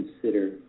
consider